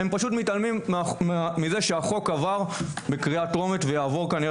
הם פשוט מתעלמים מזה שהחוק עבר בקריאה טרומית ויעבור כנראה